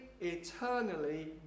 eternally